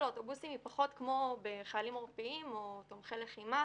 אוטובוסים היא פחות כמו בחיילים עורפיים או תומכי לחימה,